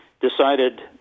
decided